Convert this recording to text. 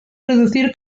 reducir